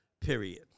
Period